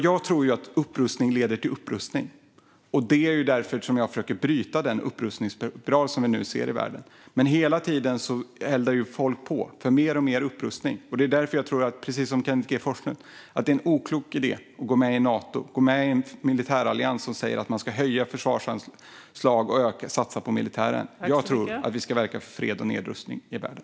Jag tror att upprustning leder till upprustning, och det är därför jag försöker bryta den upprustningsspiral som vi nu ser i världen. Hela tiden eldar folk på för mer och mer upprustning. Därför tror jag, precis som Kenneth G Forslund, att det är en oklok idé att gå med i Nato, att alltså gå med i en militärallians som säger att man ska höja försvarsanslag och satsa på militären. Jag tror att vi ska verka för fred och nedrustning i världen.